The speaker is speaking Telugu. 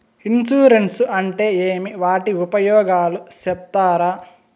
ఇన్సూరెన్సు అంటే ఏమి? వాటి ఉపయోగాలు సెప్తారా?